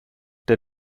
der